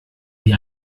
wie